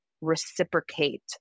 reciprocate